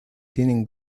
tienen